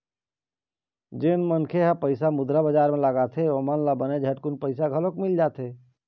जेन मनखे मन ह पइसा मुद्रा बजार म लगाथे ओमन ल बने झटकून पइसा घलोक मिल जाथे